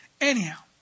Anyhow